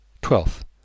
Twelfth